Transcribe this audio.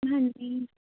ਹਾਂਜੀ